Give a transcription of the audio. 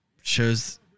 Shows